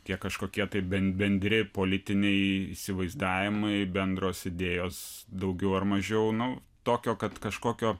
tie kažkokie tai ben bendri politiniai įsivaizdavimai bendros idėjos daugiau ar mažiau nu tokio kad kažkokio